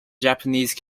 japanese